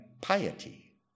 piety